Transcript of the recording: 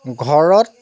ঘৰত